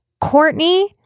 Courtney